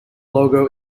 logo